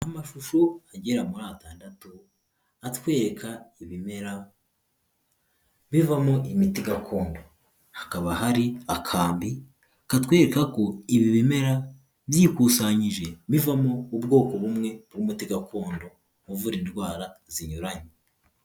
Amashusho agera muri atandatu, atwereka ibimera, bivamo imiti gakondo. Hakaba hari akambi, katwereka ko ibi bimera byikusanyije, bivamo ubwoko bumwe bw'umuti gakondo, uvura indwara zinyuranye.